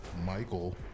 Michael